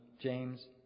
James